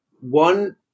One